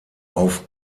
auf